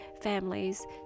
families